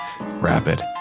rapid